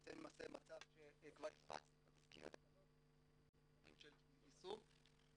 חקיקה חשובה